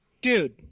Dude